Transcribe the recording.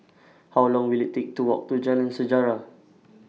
How Long Will IT Take to Walk to Jalan Sejarah